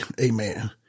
Amen